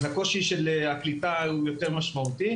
אז הקושי של הקליטה הוא יותר משמעותי.